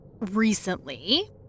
recently